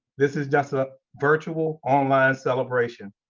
this is just a virtual online celebration.